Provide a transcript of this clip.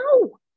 No